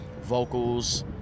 vocals